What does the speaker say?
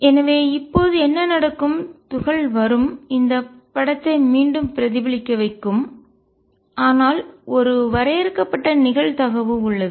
எனவே இப்போது என்ன நடக்கும் துகள் வரும் இந்த படத்தை மீண்டும் பிரதிபலிக்க வைக்கும் ஆனால் ஒரு வரையறுக்கப்பட்ட நிகழ்தகவு உள்ளது